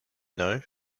know